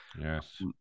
Yes